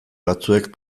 batzuek